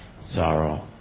sorrow